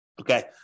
Okay